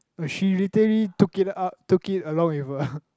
she literally took it up took it along with her